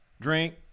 drink